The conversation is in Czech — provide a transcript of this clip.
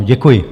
Děkuji.